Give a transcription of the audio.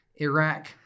Iraq